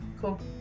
Cool